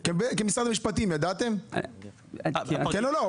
כן או לא?